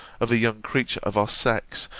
of a young creature of our sex,